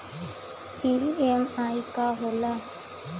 EMI का होला?